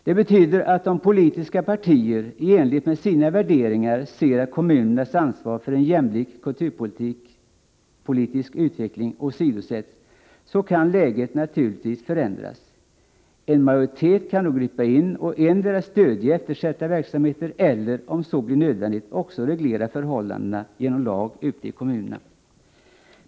Det betyder, att om politiska partier i enlighet med sina värderingar ser att kommunernas ansvar för en jämlik kulturpolitisk utveckling åsidosätts, kan läget naturligtvis förändras. En majoritet kan då gripa in och endera stödja eftersatta verksamheter eller — om så blir nödvändigt — också reglera förhållandena genom lag ute i kommunerna.